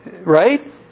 Right